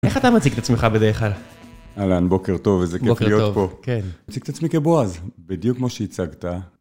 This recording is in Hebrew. איך אתה מציג את עצמך בדרך כלל? אהלן, בוקר טוב, איזה כיף להיות פה. כן. מציג את עצמי כבועז, בדיוק כמו שהצגת.